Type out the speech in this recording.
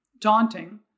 daunting